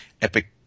epic